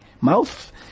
mouth